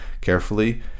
carefully